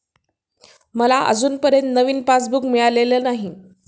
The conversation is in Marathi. मला अजूनपर्यंत नवीन पासबुक मिळालेलं नाही